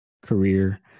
career